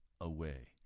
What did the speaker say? away